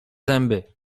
zęby